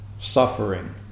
suffering